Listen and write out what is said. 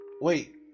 wait